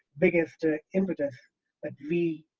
biggest ah images that we